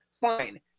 fine